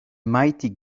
mighty